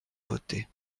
votée